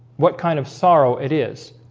what kind of sorrow it is?